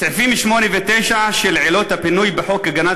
סעיפים 8 ו-9 של עילות הפינוי בחוק הגנת